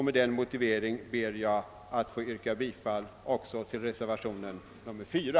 Med den motiveringen ber jag att få yrka bifall också till reservationen 4.